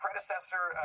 predecessor